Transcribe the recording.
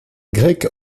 grecs